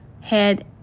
head